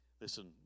Listen